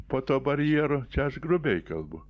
po to barjerų čia aš grubiai kalbu